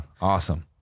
Awesome